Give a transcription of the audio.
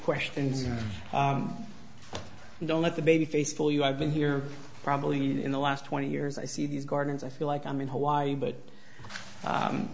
questions but don't let the babyface for you i've been here probably in the last twenty years i see these gardens i feel like i'm in hawaii but